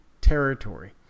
territory